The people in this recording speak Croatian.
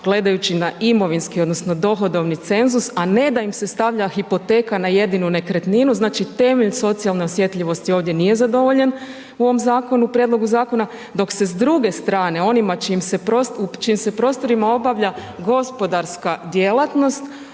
gledajući na imovinski odnosno dohodovni cenzus, a ne da im se stavlja hipoteka na jedinu nekretninu. Znači temelj socijalne osjetljivosti ovdje nije zadovoljen u ovom zakonu, prijedlogu zakona, dok se s druge strane onima čijim se, u čijim se prostorima obavlja gospodarska djelatnost